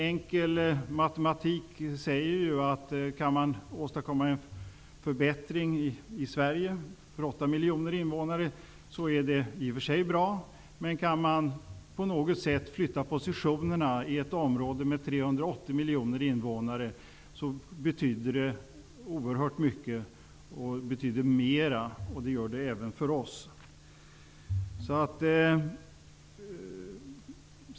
Enkel matematik säger ju att kan man åstadkomma en förbättring i Sverige för 8 miljoner invånare, så är det i och för sig bra, men kan man på något sätt flytta fram positionerna i ett område med 380 miljoner invånare, betyder det oerhört mycket mer, och det gör det även för oss.